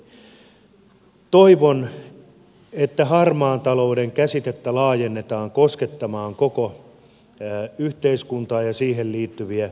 toivon että harmaan talouden käsitettä laajennetaan koskettamaan koko yhteiskuntaa ja siihen liittyviä toimia